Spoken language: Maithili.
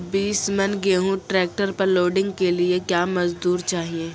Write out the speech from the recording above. बीस मन गेहूँ ट्रैक्टर पर लोडिंग के लिए क्या मजदूर चाहिए?